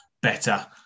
better